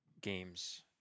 games